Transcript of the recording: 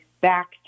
back